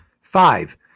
Five